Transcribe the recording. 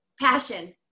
Passion